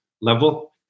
level